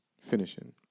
finishing